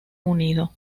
unido